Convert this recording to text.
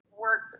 work